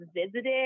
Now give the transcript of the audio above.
visited